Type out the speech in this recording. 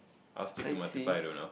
I will stick to multiply though now